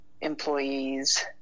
employees